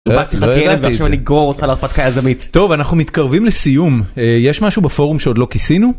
לא לא ידעתי את זה, הילדה צריך כלב ועכשיו אני יגור אותה להתפתחה יזמית טוב אנחנו מתקרבים לסיום יש משהו בפורום שעוד לא כיסינו.